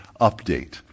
update